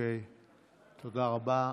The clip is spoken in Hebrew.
תודה רבה,